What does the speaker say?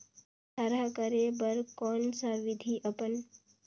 थरहा करे बर कौन सा विधि अपन?